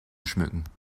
schmücken